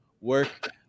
work